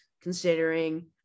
considering